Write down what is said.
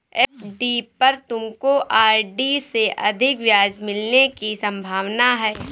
FD पर तुमको RD से अधिक ब्याज मिलने की संभावना है